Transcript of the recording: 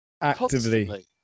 actively